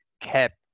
kept